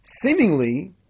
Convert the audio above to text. seemingly